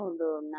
ನೋಡೋಣ